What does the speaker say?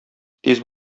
тиз